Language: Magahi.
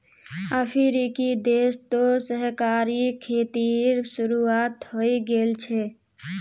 अफ्रीकी देश तो सहकारी खेतीर शुरुआत हइ गेल छ